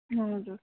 हजुर